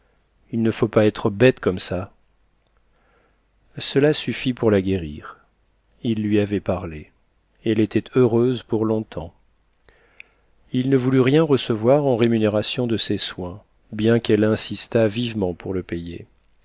il ne faut pas être bête comme ça cela suffit pour la guérir il lui avait parlé elle était heureuse pour longtemps il ne voulut rien recevoir en rémunération de ses soins bien qu'elle insistât vivement pour le payer